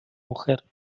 mujer